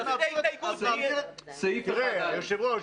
תעשה הסתייגות --- סעיף 1א --- היושב-ראש,